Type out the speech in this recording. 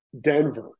denver